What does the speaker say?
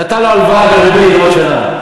נתן לו הלוואה בריבית לעוד שנה.